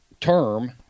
term